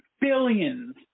billions